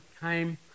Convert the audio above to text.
came